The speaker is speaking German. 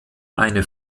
eine